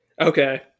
Okay